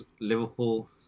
Liverpool